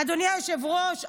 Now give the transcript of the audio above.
אדוני היושב-ראש,